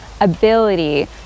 ability